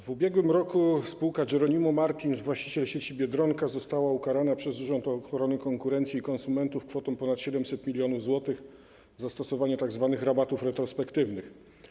W ubiegłym roku spółka Jeronimo Martins, właściciel sieci Biedronka, została ukarana przez Urząd Ochrony Konkurencji i Konsumentów kwotą ponad 700 mln zł za stosowanie tzw. rabatów retrospektywnych.